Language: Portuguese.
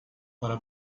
para